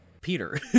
peter